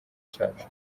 cyacu